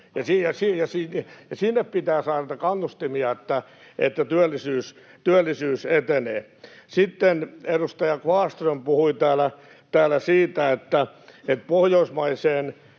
sinne pitää saada niitä kannustimia, että työllisyys etenee. Sitten edustaja Kvarnström puhui täällä siitä, että pohjoismaiseen